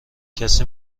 کسی